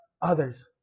others